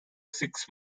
six